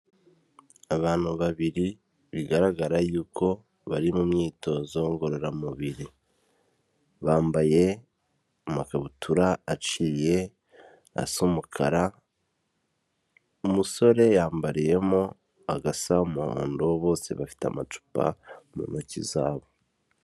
Abantu babiri bigaragara yuko bari mu myitozo ngororamubiri, bambaye amakabutura aciye asa umukara, umusore yambariyemo agasa umuhondo bose bafite amacupa mu ntoki zabo.